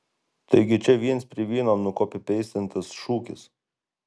taigi čia viens prie vieno nukopipeistintas šūkis